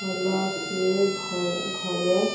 ଭଲରେ ଘରେ